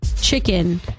chicken